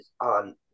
on